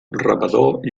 rebedor